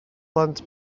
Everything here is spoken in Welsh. plant